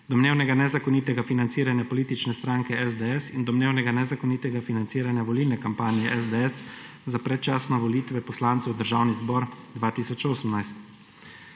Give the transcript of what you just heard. domnevnega nezakonitega financiranja politične stranke SDS in domnevnega nezakonitega financiranja volilne kampanje SDS za predčasne volitve poslancev v Državni zbor 2018.